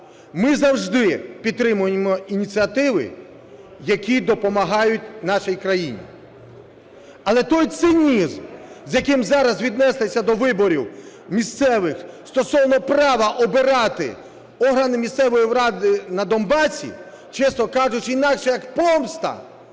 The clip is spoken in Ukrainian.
Ми завжди підтримуємо ініціативи, які допомагають нашій країні. Але той цинізм, з яким зараз віднеслися до виборів місцевих стосовно права обирати органи місцевої влади на Донбасі, чесно кажучи, інакше як помста,